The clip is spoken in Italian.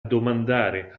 domandare